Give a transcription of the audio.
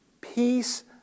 Peace